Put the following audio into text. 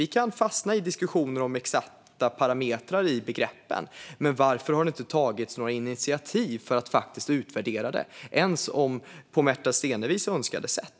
Vi kan fastna i diskussioner om exakta parametrar i begreppen, men varför har det inte tagits några initiativ för att faktiskt utvärdera detta - ens på Märta Stenevis önskade sätt?